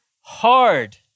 hard